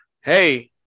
hey